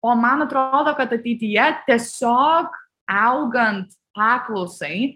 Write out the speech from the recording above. o man atrodo kad ateityje tiesiog augant paklausai